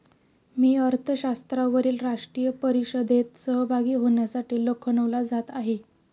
मी अर्थशास्त्रावरील राष्ट्रीय परिषदेत सहभागी होण्यासाठी लखनौला जात आहे